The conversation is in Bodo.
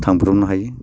थांब्रबनो हायो